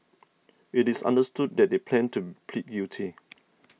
it is understood that they plan to plead guilty